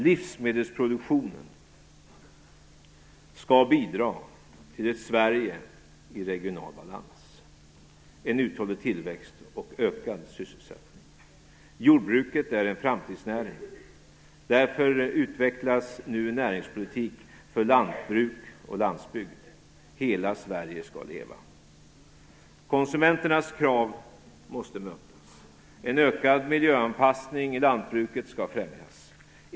Livsmedelsproduktionen skall bidra till ett Sverige i regional balans, en uthållig tillväxt och ökad sysselsättning. Jordbruket är en framtidsnäring. Därför utvecklas nu en näringspolitik för lantbruk och landsbygd. Hela Sverige skall leva. Konsumenternas krav måste mötas. En ökad miljöanpassning i lantbruket skall främjas.